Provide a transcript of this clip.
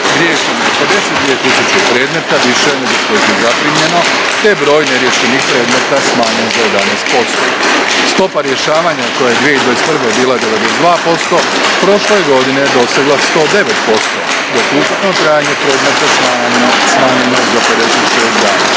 Riješeno je 52.000 predmeta više nego što ih je zaprimljeno, te broj neriješenih predmeta smanjen za 11%. Stopa rješavanja, koja je 2021. bila 92%, prošle je godine dosegla 109%, dok je ukupno trajanje predmeta smanjeno za 56